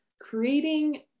creating